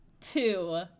two